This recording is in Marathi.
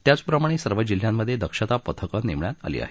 त्याचप्रमाणे सर्व जिल्ह्यांमध्ये दक्षता पथकं नेमण्यात आली आहेत